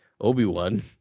Obi-Wan